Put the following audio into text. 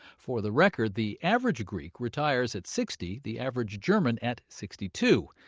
for the record, the average greek retires at sixty, the average german at sixty two.